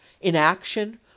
inaction